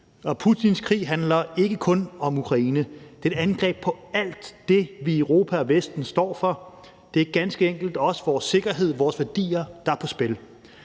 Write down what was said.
Og Putins krig handler ikke kun om Ukraine; det er et angreb på alt det, vi i Europa og Vesten står for. Det er ganske enkelt også vores sikkerhed og vores værdier, der er på spil.